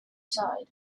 side